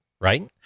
Right